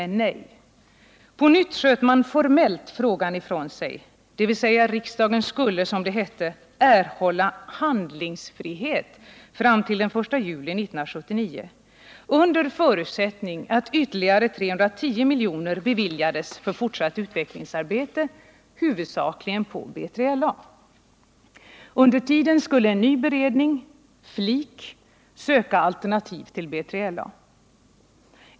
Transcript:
Nej — på nytt sköt man formellt frågan ifrån sig, dvs. riksdagen skulle, som det hette, erhålla handlingsfrihet fram till den 1 juli 1979 under förutsättning att ytterligare 310 miljoner beviljades för fortsatt utvecklingsarbete, huvudsakligen på B3LA. Under tiden skulle en ny beredning — FLIK — söka alternativ till BILA.